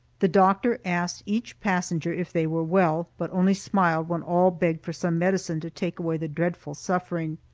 the doctor asked each passenger if they were well, but only smiled when all begged for some medicine to take away the dreadful suffering.